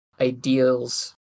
ideals